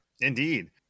indeed